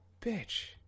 bitch